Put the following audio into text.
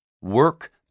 work